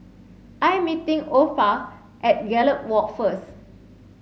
I am meeting Orpha at Gallop Walk first